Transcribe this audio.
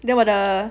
then 我的